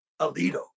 alito